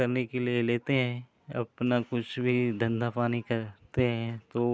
करने के लिए लेते हैं अपना कुछ भी धन्धा पानी करते हैं तो